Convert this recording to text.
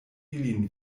ilin